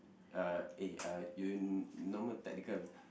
uh eh uh you normal technical